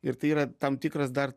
ir tai yra tam tikras dar